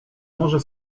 może